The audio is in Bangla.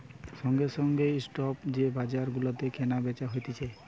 সঙ্গে সঙ্গে ও স্পট যে বাজার গুলাতে কেনা বেচা হতিছে